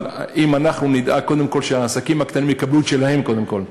אבל אם אנחנו נדאג שהעסקים הקטנים יקבלו את שלהם קודם כול,